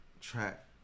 track